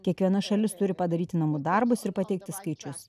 kiekviena šalis turi padaryti namų darbus ir pateikti skaičius